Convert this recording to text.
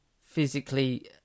physically